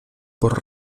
por